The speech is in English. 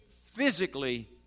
physically